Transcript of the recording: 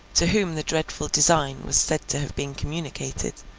to whom the dreadful design was said to have been communicated,